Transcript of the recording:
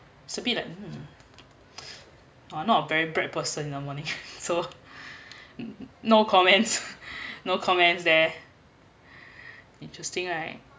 it's a bit like hmm uh I'm not a very bread person in the morning so no comments no comments there interesting right